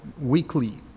weekly